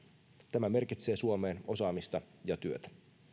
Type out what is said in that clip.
tämä merkitsee suomeen osaamista ja työtä